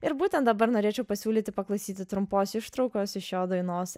ir būtent dabar norėčiau pasiūlyti paklausyti trumpos ištraukos iš jo dainos